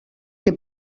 que